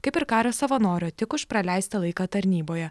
kaip ir kario savanorio tik už praleistą laiką tarnyboje